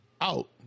out